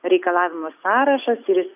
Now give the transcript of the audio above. reikalavimų sąrašas ir jis